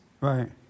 Right